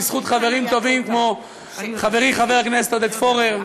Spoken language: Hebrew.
בזכות חברים טובים כמו חברי חבר הכנסת עודד פורר,